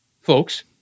folks